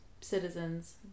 citizens